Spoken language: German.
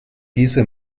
diese